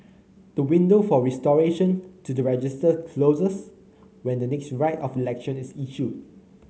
the window for restoration to the registers closes when the next Writ of Election is issued